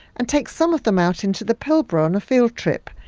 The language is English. and take some of them out into the pilbara on a field trip.